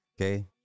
Okay